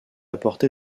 apporté